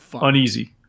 uneasy